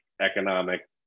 economic